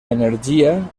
energia